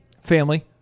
family